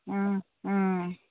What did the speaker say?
ꯎꯝ ꯎꯝ